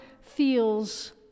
feels